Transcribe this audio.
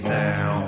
now